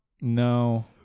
No